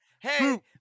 Hey